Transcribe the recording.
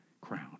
Crown